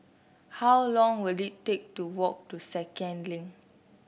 how long will it take to walk to Second Link